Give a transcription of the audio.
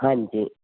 ਹਾਂਜੀ